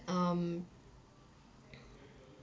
um